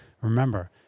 remember